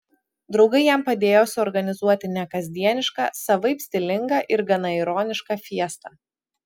draugai jam padėjo suorganizuoti nekasdienišką savaip stilingą ir gana ironišką fiestą